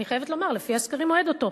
אני חייבת לומר שלפי הסקרים הוא אוהד אותו.